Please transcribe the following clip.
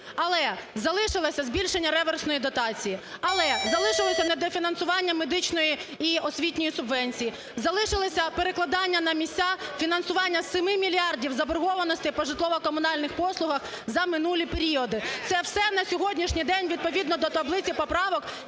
але залишилось збільшення реверсної дотації, але залишилось недофінансування медичної і освітньої субвенції, залишилися перекладання на місця фінансування 7 мільярдів заборгованості по житлово-комунальних послугах за минулі періоди. Це все на сьогоднішній день відповідно до таблиці поправок